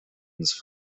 reasons